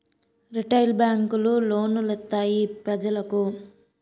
retail బేంకులు loan లిత్తాయి పెజలకు